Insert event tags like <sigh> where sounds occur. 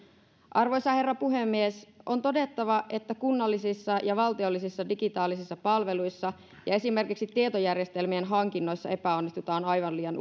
arvoisa herra puhemies on todettava että kunnallisissa ja valtiollisissa digitaalisissa palveluissa ja esimerkiksi tietojärjestelmien hankinnoissa epäonnistutaan aivan liian <unintelligible>